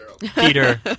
Peter